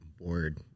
bored